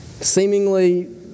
seemingly